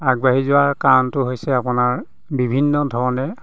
আগবাঢ়ি যোৱাৰ কাৰণটো হৈছে আপোনাৰ বিভিন্ন ধৰণে